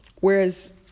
Whereas